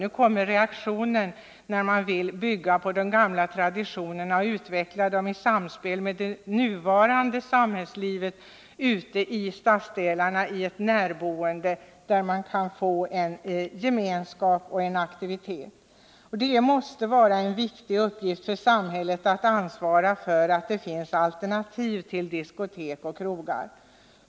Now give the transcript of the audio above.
Nu kommer reaktionen, där man vill bygga på de gamla traditionerna och utveckla dem i samspel med det nuvarande samhällslivet ute i stadsdelarna i ett närboende, där man kan få en gemenskap och en aktivitet. Det måste vara en viktig uppgift för samhället att ansvara för att det finns alternativ till diskotek och krogar.